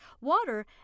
Water